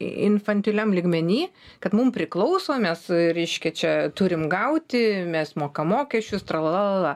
infantiliam lygmeny kad mum priklauso mes reiškia čia turim gauti mes mokam mokesčius tralalalala